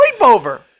sleepover